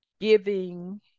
giving